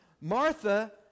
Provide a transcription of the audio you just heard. Martha